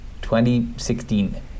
2016